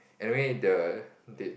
anyway the did